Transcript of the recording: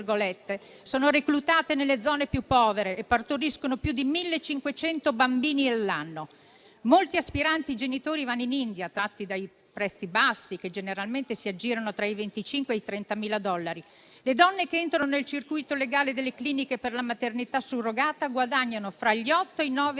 sono reclutate nelle zone più povere e partoriscono più di 1.500 bambini all'anno. Molti aspiranti genitori vanno in India attratti dai prezzi bassi, che generalmente si aggirano tra i 25 e i 30.000 dollari. Le donne che entrano nel circuito legale delle cliniche per la maternità surrogata guadagnano fra gli 8 e i 9.000